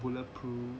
bulletproof